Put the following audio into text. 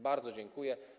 Bardzo dziękuję.